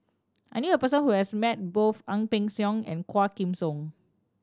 I knew a person who has met both Ang Peng Siong and Quah Kim Song